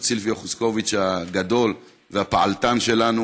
סילביו חוסקוביץ הגדול והפעלתן שלנו.